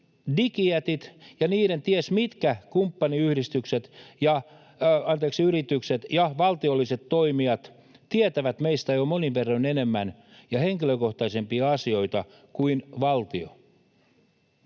digijätit ja niiden ties mitkä kumppaniyritykset ja valtiolliset toimijat tietävät meistä jo monin verroin enemmän ja henkilökohtaisempia asioita kuin valtio.